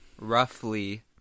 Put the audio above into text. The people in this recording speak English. roughly